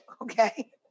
Okay